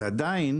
ועדיין,